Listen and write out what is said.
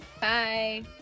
Bye